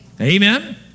Amen